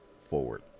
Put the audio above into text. forward